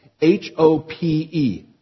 H-O-P-E